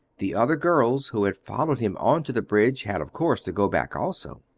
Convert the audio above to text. the other girls, who had followed him on to the bridge, had of course to go back also.